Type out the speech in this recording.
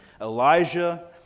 Elijah